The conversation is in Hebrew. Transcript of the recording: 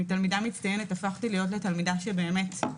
מתלמידה מצטיינת הפכתי לתלמידה שקופה,